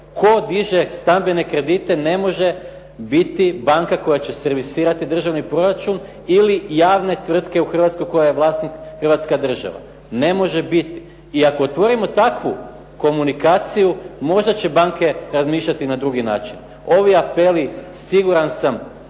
tko diže stambene kredite ne može biti banka koja će servisirati državni proračun ili javne tvrtke u Hrvatskoj kojoj je vlasnik Hrvatska država. Ne može biti. I ako otvorimo takvu komunikaciju možda će banke razmišljati na drugi način. Ovi apeli, siguran sam,